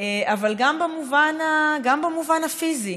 אבל גם במובן הפיזי,